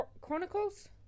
Chronicles